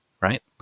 right